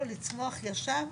אם לא נתפוס אותו עכשיו,